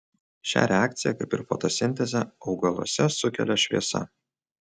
šią reakciją kaip ir fotosintezę augaluose sukelia šviesa